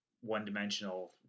one-dimensional